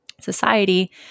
Society